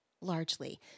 largely